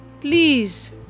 please